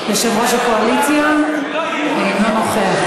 יושב-ראש הקואליציה אינו נוכח.